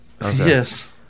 Yes